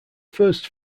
first